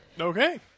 Okay